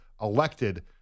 elected